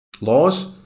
laws